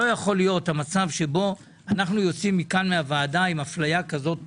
לא יכול להיות המצב שבו אנו יוצאים מהוועדה עם אפליה כזו קשה.